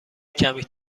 کمی